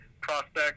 prospect